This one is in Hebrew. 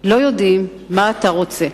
לא יודעים מה אתה רוצה.